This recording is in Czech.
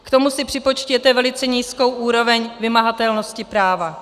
K tomu si připočtěte velice nízkou úroveň vymahatelnosti práva.